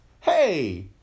Hey